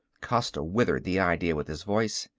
costa withered the idea with his voice.